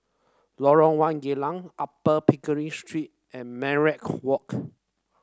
Lorong One Geylang Upper Pickering Street and Minaret Walk